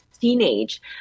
teenage